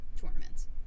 tournaments